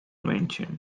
mentioned